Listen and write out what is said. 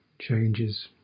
changes